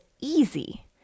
easy